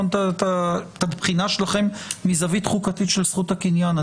את הבחינה שלכם מזווית חוקתית של זכות הקניין.